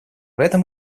этом